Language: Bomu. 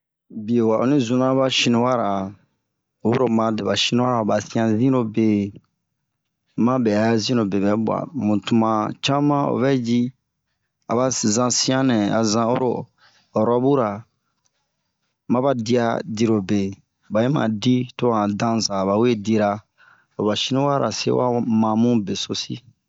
Bio wa ani zunra ba sinuwara, oyilo o ma dɛba sinuwa ra ba sian zinhro be maba bɛ'a zinhro be bɛ buwa, mun tuma cama ovɛ yi aba zanh sianɛ azan oro rɔbura. Maba dia dirobe ,ba yi ma dii to ahan danza ba we dira.aba sinuwa ra se wa maa bun beso sin.